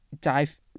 dive